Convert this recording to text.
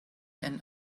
and